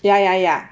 ya ya ya